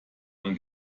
man